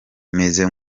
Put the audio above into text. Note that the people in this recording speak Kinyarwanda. meze